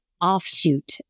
offshoot